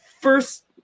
first